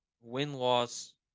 win-loss